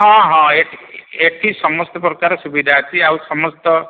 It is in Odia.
ହଁ ହଁ ଏ ଏଠି ସମସ୍ତ ପ୍ରକାର ସୁବିଧା ଅଛି ଆଉ ସମସ୍ତ